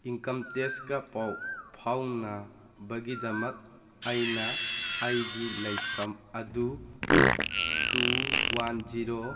income ꯇꯦꯛꯁꯀ ꯄꯥꯎ ꯐꯥꯎꯅꯕꯒꯤꯗꯃꯛ ꯑꯩꯅ ꯑꯩꯒꯤ ꯂꯩꯐꯝ ꯑꯗꯨ ꯇꯨ ꯋꯥꯟ ꯖꯤꯔꯣ